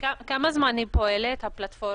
כמה זמן היא פועלת הפלטפורמה?